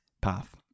path